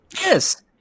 Yes